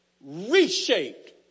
Reshaped